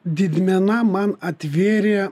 didmena man atvėrė